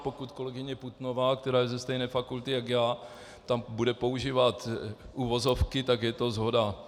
Pokud kolegyně Putnová, která je ze stejné fakulty jak já, tam bude používat uvozovky, tak je to shoda.